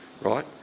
right